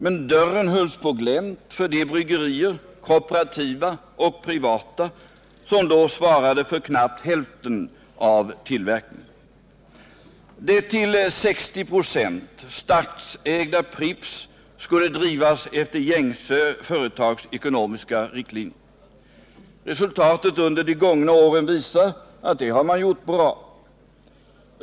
Men dörren hölls på glänt för de bryggerier, kooperativa och privata, som då svarade för knappt hälften av tillverkningen. Det till 60 ?6 statsägda Pripps skulle drivas efter gängse företagsekonomiska riktlinjer. Resultatet under de gångna åren visar att det har man gjort bra.